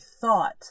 thought